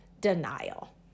denial